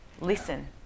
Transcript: listen